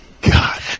God